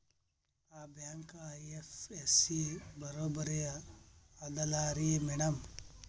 ಆ bank IFSC ಬರೊಬರಿ ಅದಲಾರಿ ಮ್ಯಾಡಂ?